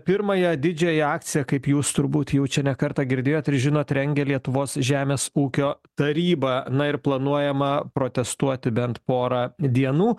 a pirmąją didžiąją akciją kaip jūs turbūt jau čia ne kartą girdėjot ir žinot rengia lietuvos žemės ūkio taryba na ir planuojama protestuoti bent porą dienų